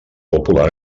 popular